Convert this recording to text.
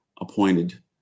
appointed